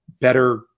better